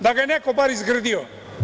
Da ga je neko bar izgrdio!